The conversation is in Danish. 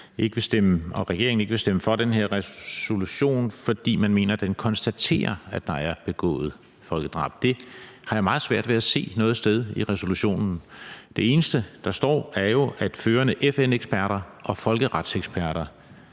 og regeringen ikke vil stemme for den her resolution, fordi man mener, at den konstaterer, at der er begået folkedrab. Det har jeg meget svært ved at se noget sted i resolutionen. Det eneste, der står, er jo, at førende FN-eksperter og folkeretseksperter